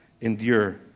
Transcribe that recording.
endure